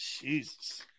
Jesus